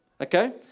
okay